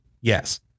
Yes